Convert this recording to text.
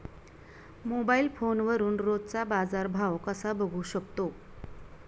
Mobile फोनवरून रोजचा बाजारभाव कसा बघू शकतो?